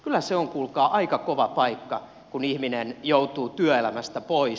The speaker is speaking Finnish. kyllä se on kuulkaa aika kova paikka kun ihminen joutuu työelämästä pois